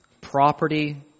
Property